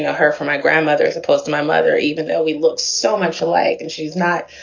her for my grandmother as opposed to my mother, even though we look so much alike. and she's not,